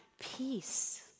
Peace